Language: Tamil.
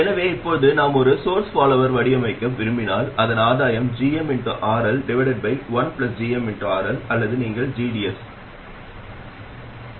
எனவே இப்போது நாம் ஒரு சோர்ஸ் பாலோவர் வடிவமைக்க விரும்பினால் அதன் ஆதாயம் gmRL1gmRL அல்லது நீங்கள் gds gmRL||rds1gmRL||rds